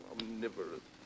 Omnivorous